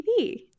TV